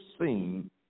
seen